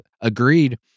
agreed